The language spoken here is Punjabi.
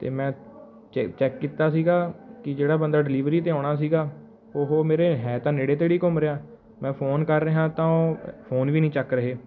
ਅਤੇ ਮੈਂ ਚੈੱਕ ਕੀਤਾ ਸੀਗਾ ਕਿ ਜਿਹੜਾ ਬੰਦਾ ਡਿਲੀਵਰੀ 'ਤੇ ਆਉਣਾ ਸੀਗਾ ਉਹ ਮੇਰੇ ਹੈ ਤਾਂ ਨੇੜੇ ਤੇੜੇ ਹੀ ਘੁੰਮ ਰਿਹਾ ਮੈਂ ਫੋਨ ਕਰ ਰਿਹਾ ਤਾਂ ਉਹ ਫੋਨ ਵੀ ਨਹੀਂ ਚੱਕ ਰਹੇ